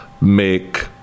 make